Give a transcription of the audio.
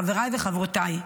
חבריי וחברותיי,